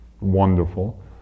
wonderful